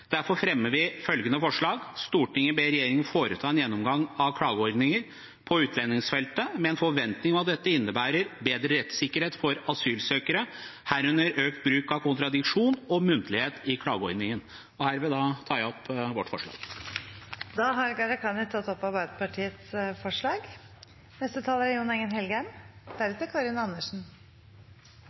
Derfor fremmer vi følgende forslag: «Stortinget ber regjeringen foreta en gjennomgang av klageordningen på utlendingsfeltet med en forventning om at dette innebærer bedre rettssikkerhet for asylsøkere, herunder økt bruk av kontradiksjon og muntlighet i klageordningen.» Herved tar jeg opp Arbeiderpartiets forslag. Da har representanten Masud Gharahkhani tatt opp